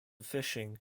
fishing